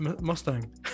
Mustang